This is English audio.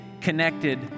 connected